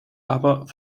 aber